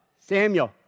Samuel